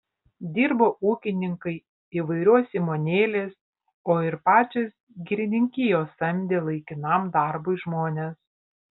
dirbo ūkininkai įvairios įmonėlės o ir pačios girininkijos samdė laikinam darbui žmones